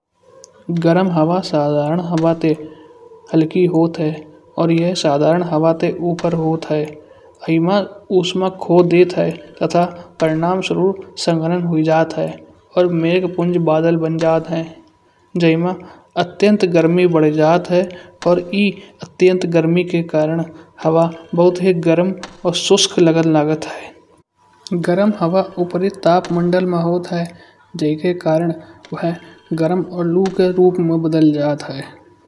गरम हवा साधारण हवा ते हलकी होत है। और यह साधारण हवा ते ऊपर होत है। वइ मा उष्मा खोह डेट है। तथा परिणाम स्वरूप संकलन हुई जात है। और मेघ पुंज बादल बन जात है। जय मा अत्यंत गर्मी बढ़ जात है। और ए अत्यंत गर्मीके के कारण हवा बहुत ही गर्म और शुष्क लगन लागत है। गरम हवा ऊपरी तापमंडल में होत है। जय के कारण वह गरम और लू के रूप में बदल जात है।